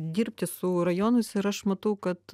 dirbti su rajonais ir aš matau kad